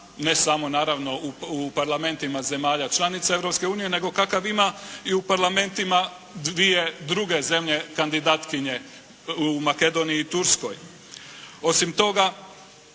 ne samo naravno u parlamentima zemalja članica Europske unije, nego kakav ima i u parlamentima dvije druge zemlje kandidatkinje, u Makedoniji i Turskoj. Osim toga